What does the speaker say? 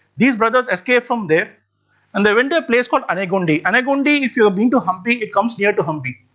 these brothers escaped from there and they went to a place called anegundi, anegundi if you have been to hampi, it comes near to hampi,